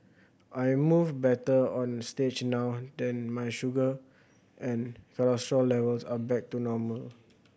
I move better on stage now then my sugar and cholesterol levels are back to normal